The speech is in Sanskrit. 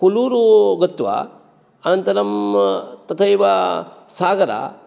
कुल्लुरु गत्वा अनन्तरं तथैव सागरा